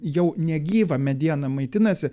jau negyva mediena maitinasi